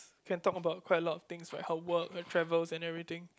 can talk about quite a lot of things like how work and travel and everything